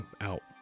out